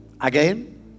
Again